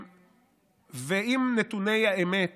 ואם נתוני האמת